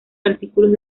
artículos